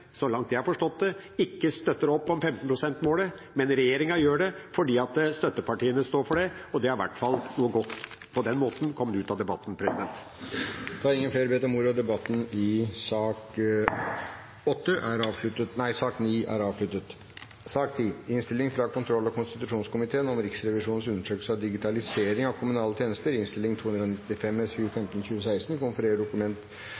så langt jeg har forstått det, ikke støtter opp om 15 pst.-målet, mens regjeringen gjør det fordi støttepartiene står for det. På den måten er det i hvert fall noe godt som er kommet ut av debatten. Flere har ikke bedt om ordet til sak nr. 9. Det er slik at kontroll- og konstitusjonskomiteen igjen legger fram en innstilling som omhandler utviklingen og bruken av digitale tjenester i